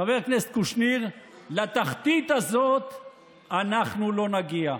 חבר הכנסת קושניר, לתחתית הזאת אנחנו לא נגיע.